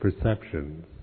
perceptions